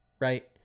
right